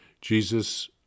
Jesus